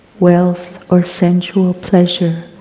wealth, or sensual pleasure,